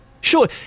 Sure